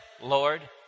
Lord